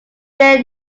their